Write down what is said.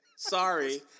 Sorry